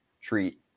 treat